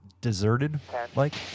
deserted-like